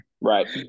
right